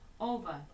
over